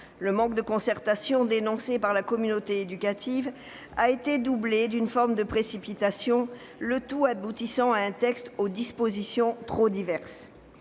Le manque de concertation, dénoncé par la communauté éducative, a été doublé d'une forme de précipitation, le tout aboutissant à un texte aux dispositions trop diverses.